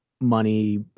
money